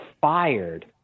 fired